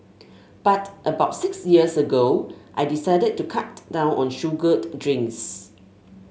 but about six years ago I decided to cut down on sugared drinks